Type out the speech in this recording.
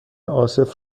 عاصف